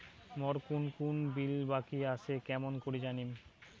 মোর কুন কুন বিল বাকি আসে কেমন করি জানিম?